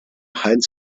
heinz